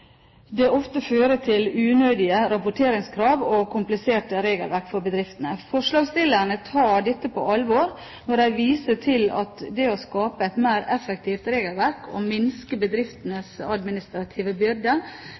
det ofte fører til unødige rapporteringskrav og kompliserte regelverk for bedriftene. Forslagsstillerne tar dette på alvor når de viser til at det å skape et mer effektivt regelverk og minske bedriftenes administrative byrde,